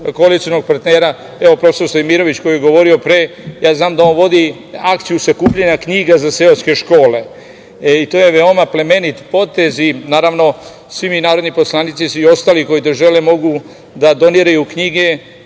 koalicionog partnera. Evo, profesor Stojmirović koji je govorio pre, ja znam da on vodi akciju sakupljanja knjiga za seoske škole. To je veoma plemenit potez i naravno svi mi narodni poslanici, svi ostali koji to žele mogu da doniraju knjige